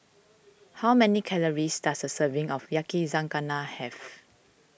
how many calories does a serving of Yakizakana have